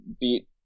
beat